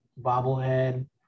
bobblehead